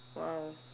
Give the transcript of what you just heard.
!wow!